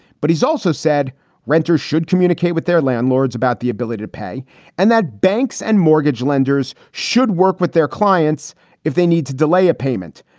but he's also said renters should communicate with their landlords about the ability to pay and that banks and mortgage lenders should work with their clients if they need to delay a payment.